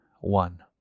one